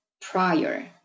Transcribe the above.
prior